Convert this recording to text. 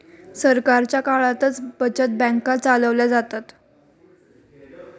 सरकारच्या काळातच बचत बँका चालवल्या जातात